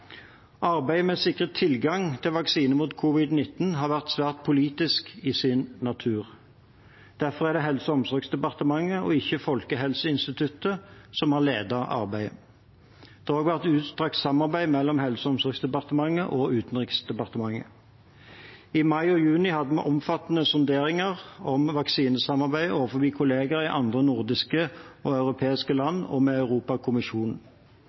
Arbeidet med å sikre tilgang til vaksiner mot covid-19 har vært svært politisk i sin natur. Derfor er det Helse- og omsorgsdepartementet – ikke Folkehelseinstituttet – som har ledet arbeidet. Det har også vært utstrakt samarbeid mellom Helse- og omsorgsdepartementet og Utenriksdepartementet. I mai og juni hadde vi omfattende sonderinger om vaksinesamarbeid overfor kolleger i andre nordiske og europeiske land og med Europakommisjonen.